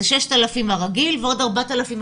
זה 6,000 שקלים הרגילים ועוד 4,000 שקלים